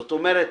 זאת אומרת,